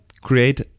create